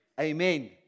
Amen